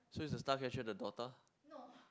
so is the staff here actually the daughter